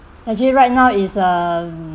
actually right now is uh